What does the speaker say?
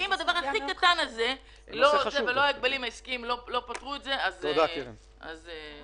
את הדבר הקטן הזה לא אתם ולא ההגבלים העסקיים הצלחתם לפתור.